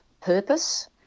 purpose